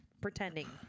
pretending